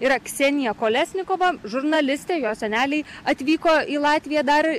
yra ksenija kolesnikova žurnalistė jos seneliai atvyko į latviją dar